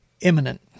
imminent